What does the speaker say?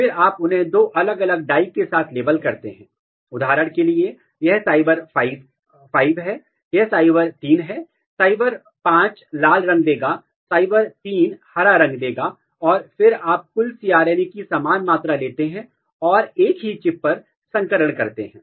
और फिर आप उन्हें दो अलग अलग डाई के साथ लेबल करते हैं उदाहरण के लिए यह साइबर 5 है यह साइबर 3 है साइबर 5 लाल रंग देगा साइबर 3 हरा रंग देगा और फिर आप कुल cRNA की समान मात्रा लेते हैं और एक ही चिप पर संकरण करते हैं